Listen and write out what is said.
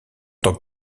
tant